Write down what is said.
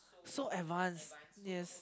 so advance yes